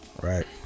right